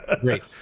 Great